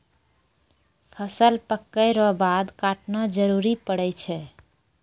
फसल पक्कै रो बाद काटना जरुरी पड़ै छै